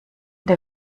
der